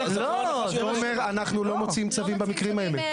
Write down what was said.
אנחנו לא מוציאים צווים במקרים האלה.